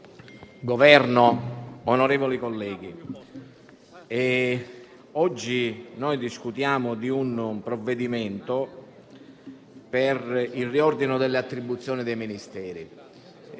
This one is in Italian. Governo, onorevoli colleghi, oggi discutiamo un provvedimento per il riordino delle attribuzioni dei Ministeri